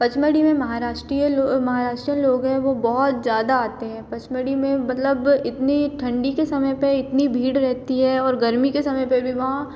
पचमढ़ी में महाराष्ट्रीय लो महाराष्ट्रियन लोग हैं वो बहुत ज़्यादा आते हैं पचमढ़ी में मतलब इतनी ठण्डी के समय पर इतनी भीड़ रहती है और गर्मी के समय पर भी वहाँ